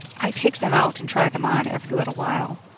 i take them out and try them on every little while.